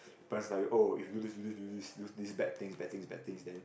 parents like you oh if you do this do this do this bad things bad things bad things then